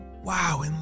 Wow